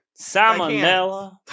Salmonella